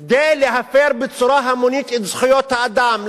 כדי להפר בצורה המונית את זכויות האדם,